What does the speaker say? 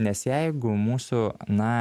nes jeigu mūsų na